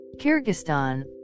Kyrgyzstan